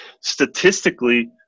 Statistically